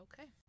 Okay